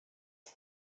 mia